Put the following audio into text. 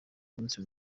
munsi